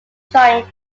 joined